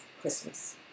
Christmas